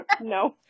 no